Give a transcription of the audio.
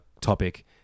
topic